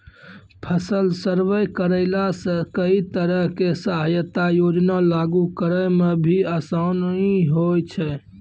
फसल सर्वे करैला सॅ कई तरह के सहायता योजना लागू करै म भी आसानी होय छै